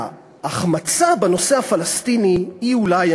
וההחמצה בנושא הפלסטיני היא אולי,